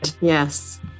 yes